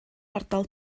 ardal